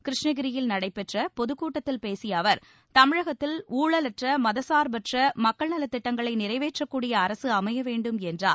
கிருஷ்ணகிரியில் நடைபெற்ற பொதுக் கூட்டத்தில் பேசிய அவர் தமிழகத்தில் ஊழலற்ற மதச்சார்பற்ற மக்கள் நலத்திட்டங்களை நிறைவேற்றக் கூடிய அரசு அமைய வேண்டும் என்றார்